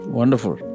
wonderful